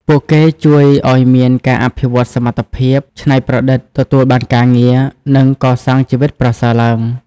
ពួកគេជួយឱ្យមានការអភិវឌ្ឍសមត្ថភាពច្នៃប្រឌិត ទទួលបានការងារ និងកសាងជីវិតប្រសើរឡើង ។